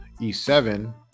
E7